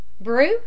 Brew